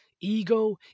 ego